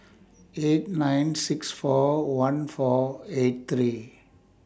eight nine six four one four eight three